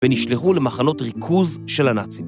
‫ונשלחו למחנות ריכוז של הנאצים.